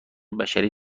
بشری